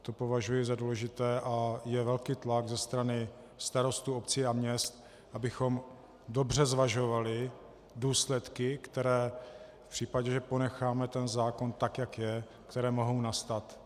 To považuji za důležité a je velký tlak ze strany starostů obcí a měst, abychom dobře zvažovali důsledky, které v případě, že ponecháme zákon tak, jak je, které mohou nastat.